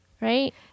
right